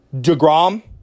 DeGrom